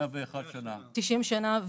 101 שנה.